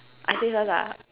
I say first ah